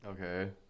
Okay